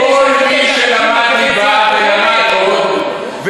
כל מי שלמד ליבה ולמד עוד,